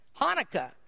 Hanukkah